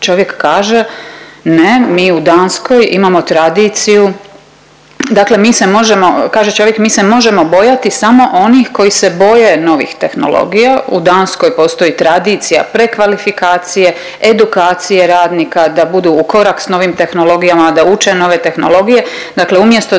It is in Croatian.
čovjek kaže ne mi u Danskoj imamo tradiciju, dakle mi se možemo, kaže čovjek mi se možemo bojati samo onih koji se boje novih tehnologija u Danskoj postoji tradicija prekvalifikacije, edukacije radnika da budu u korak s novim tehnologijama, da uče nove tehnologije. Dakle, umjesto da